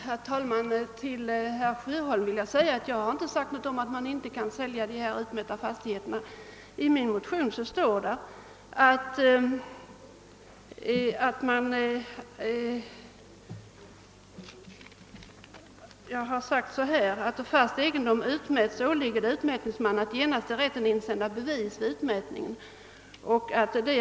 Herr talman! Till herr Sjöholm vill jag säga, att jag inte har påstått att man inte kan sälja utmätta fastigheter. I min motion står det: »Då fast egendom utmätts åligger det utmätningsmannen att genast till rätten insända bevis om utmätningen.